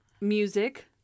music